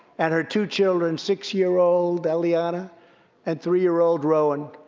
and her two children six year old elliana and three year old rowan.